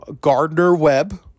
Gardner-Webb